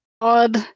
odd